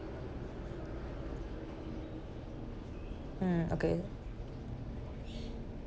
mm okay